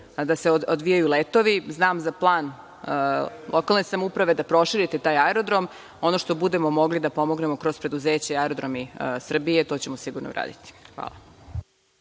da se tu odvijaju letovi, znam za plan lokalne samouprave da proširite taj aerodrom. Ono što budemo mogli da pomognemo kroz preduzeće „Aerodromi Srbije“, to ćemo sigurno uraditi. Hvala.